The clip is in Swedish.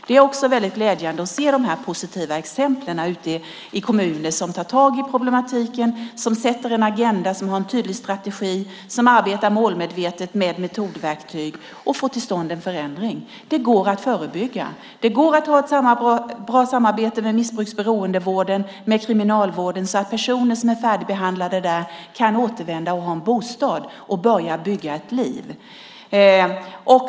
Det är också glädjande att se de positiva exemplen i kommuner som tar tag i problematiken, som sätter en agenda, som har en tydlig strategi, som arbetar målmedvetet med metodverktyg och får till stånd en förändring. Det går att förebygga. Det går att ha ett bra samarbete med missbrukar och beroendevården och kriminalvården så att personer som är färdigbehandlade har en bostad att återvända till och kan börja bygga ett liv.